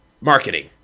marketing